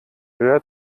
hör